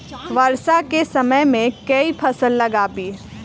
वर्षा केँ समय मे केँ फसल लगाबी?